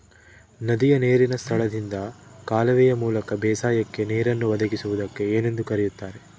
ನದಿಯ ನೇರಿನ ಸ್ಥಳದಿಂದ ಕಾಲುವೆಯ ಮೂಲಕ ಬೇಸಾಯಕ್ಕೆ ನೇರನ್ನು ಒದಗಿಸುವುದಕ್ಕೆ ಏನೆಂದು ಕರೆಯುತ್ತಾರೆ?